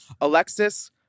Alexis